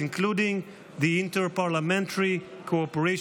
including the inter-parliamentary cooperation